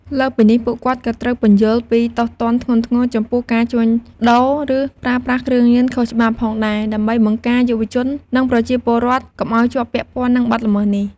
លើសពីនេះ ពួកគាត់ក៏ត្រូវពន្យល់ពី ទោសទណ្ឌធ្ងន់ធ្ងរចំពោះការជួញដូរ ឬប្រើប្រាស់គ្រឿងញៀនខុសច្បាប់ ផងដែរ ដើម្បីបង្ការយុវជន និងប្រជាពលរដ្ឋកុំឱ្យជាប់ពាក់ព័ន្ធនឹងបទល្មើសនេះ។